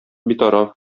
битараф